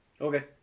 Okay